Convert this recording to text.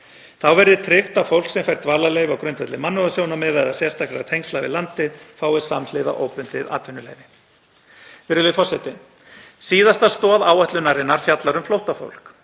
Þá verði tryggt að fólk sem fær dvalarleyfi á grundvelli mannúðarsjónarmiða eða sérstakra tengsla við landið fái samhliða óbundið atvinnuleyfi. Virðulegi forseti. Síðasta stoð áætlunarinnar fjallar um flóttafólk.